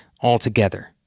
altogether